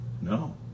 No